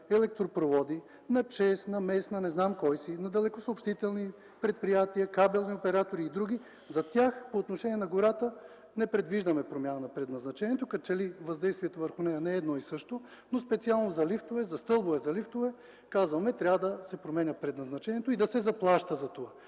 електропроводи на ЧЕЗ, на мес, на не знам кой си, на далекосъобщителни предприятия, кабелни оператори и други – за тях по отношение на гората не предвиждаме промяна на предназначението, като че ли въздействието върху нея не е едно и също, но специално за стълбове за лифтове, казваме: трябва да се променя предназначението и да се заплаща за това.